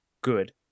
good